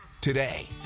today